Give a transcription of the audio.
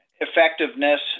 effectiveness